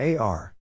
AR